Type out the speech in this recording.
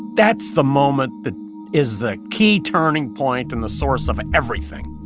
that's the moment that is the key turning point and the source of everything.